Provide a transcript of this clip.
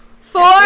Four